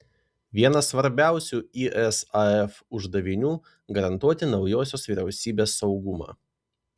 vienas svarbiausių isaf uždavinių garantuoti naujosios vyriausybės saugumą